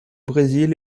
brésil